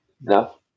No